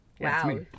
Wow